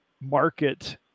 market